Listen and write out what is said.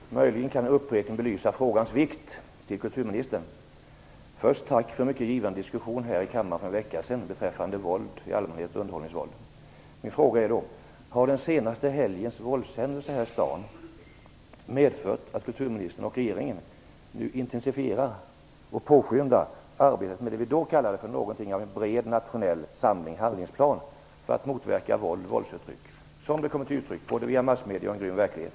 Fru talman! Min fråga tangerar en fråga som har ställts förut. Möjligen kan en upprepning belysa frågans vikt. Jag ställer den till kulturministern. Först vill jag tacka för en mycket givande diskussion här i kammaren för en vecka sedan beträffande våld i allmänhet och underhållningsvåld. Har den senaste helgens våldshändelser här i stan medfört att kulturministern och regeringen nu intensifierar och påskyndar arbetet med det som vi då kallade för en bred nationell handlingsplan för att motverka våld som kommer till uttryck både via massmedierna och via en grym verklighet?